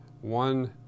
one